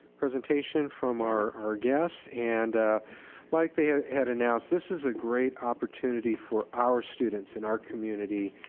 presentation from our our guests. and like they had announced, this is a great opportunity for our students in our community,